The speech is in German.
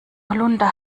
holunder